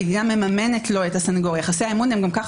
המדינה מממנת לו את הסנגור יחסי האמון הם גם ככה